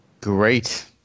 Great